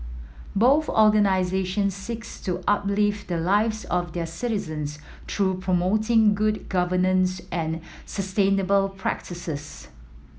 both organisations seeks to uplift the lives of their citizens through promoting good governance and sustainable practices